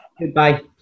goodbye